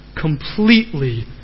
completely